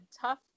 tough